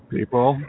People